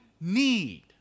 need